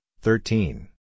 thirteen